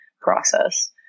process